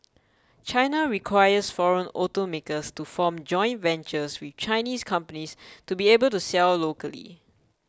China requires foreign automakers to form joint ventures with Chinese companies to be able to sell locally